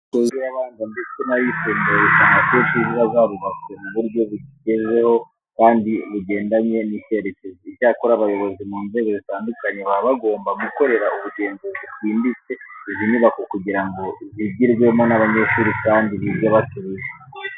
Inyubako z'ibigo by'amashuri abanza ndetse n'ayisumbuye usanga akenshi ziba zarubatswe mu buryo bugezeho kandi bugendanye n'icyerekezo. Icyakora abayobozi mu nzego zitandukanye baba bagomba gukorera ubugenzuzi bwimbitse izi nyubako kugira ngo zigirwemo n'abanyeshuri kandi bige batuje.